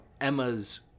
Emma's